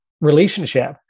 relationship